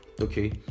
okay